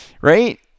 right